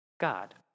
God